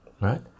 right